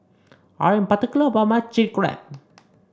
I am particular about my Chili Crab